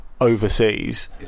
overseas